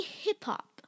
hip-hop